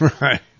Right